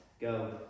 Go